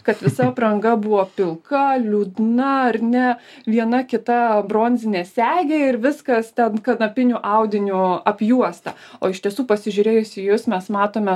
kad visa apranga buvo pilka liūdna ar ne viena kita bronzinė segė ir viskas ten kanapiniu audiniu apjuosta o iš tiesų pasižiūrėjus į jus mes matome